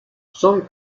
son